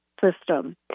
system